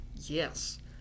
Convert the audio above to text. yes